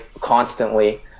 constantly